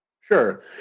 Sure